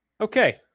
Okay